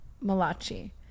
Malachi